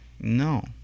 No